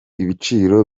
ibiciro